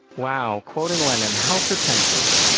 wow, quoting lenin how pretentious.